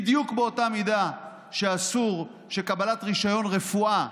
בדיוק באותה מידה שאסור שקבלת רישיון רפואה